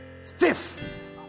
stiff